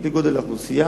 על-פי גודל האוכלוסייה,